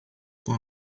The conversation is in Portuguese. com